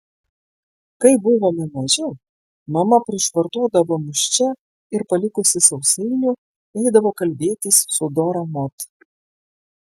kai buvome maži mama prišvartuodavo mus čia ir palikusi sausainių eidavo kalbėtis su dora mod